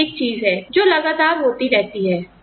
यह एक चीज है जो लगातार होती रहती है